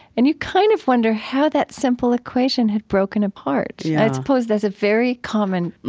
and you kind of wonder how that simple equation had broken apart. i suppose that's a very common